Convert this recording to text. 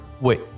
Wait